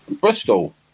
Bristol